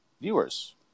viewers